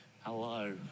Hello